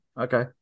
Okay